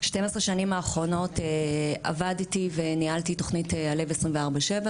שנים האחרונות עבדתי וניהלתי תוכנית הלב 24/7,